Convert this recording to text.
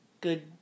good